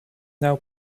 now